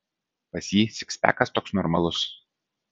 pas jį sikspekas toks normalus